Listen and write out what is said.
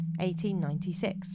1896